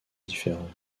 différent